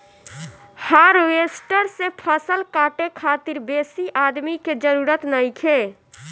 harvester से फसल काटे खातिर बेसी आदमी के जरूरत नइखे